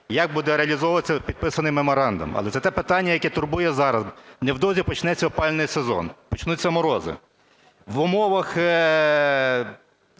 як буде реалізовуватися підписаний меморандум. Але це те питання, яке турбує зараз, невдовзі почнеться опалювальний сезон, почнуться морози. В умовах